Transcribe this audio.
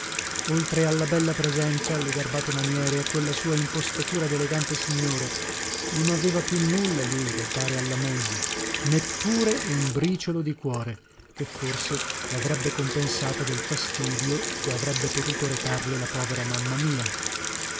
oltre alla bella presenza alle garbate maniere a quella sua impostatura delegante signore non aveva più nulla lui da dare alla moglie neppure un briciolo di cuore che forse lavrebbe compensata del fastidio che avrebbe potuto recarle la povera mamma mia